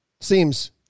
Seems